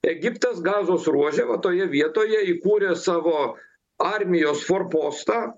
egiptas gazos ruože va toje vietoje įkūrė savo armijos forpostą